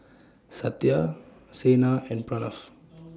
Satya Saina and Pranav's